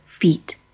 feet